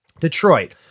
Detroit